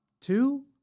two